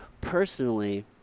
personally